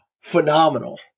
phenomenal